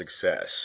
success